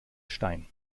stein